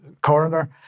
coroner